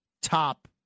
top